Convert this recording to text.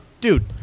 Dude